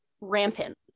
rampant